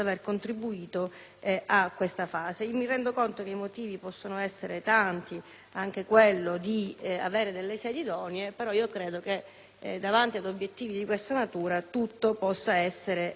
a questa fase. Mi rendo conto che i motivi possono essere tanti, anche quello di non avere delle sedi idonee, però credo che davanti ad obiettivi di questa natura tutto possa essere superato.